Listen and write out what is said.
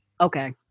Okay